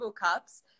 cups